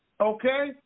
Okay